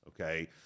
okay